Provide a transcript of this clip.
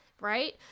right